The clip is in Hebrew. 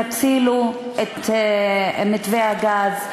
יצילו את מתווה הגז,